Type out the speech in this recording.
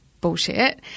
bullshit